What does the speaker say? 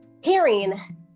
hearing